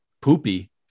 poopy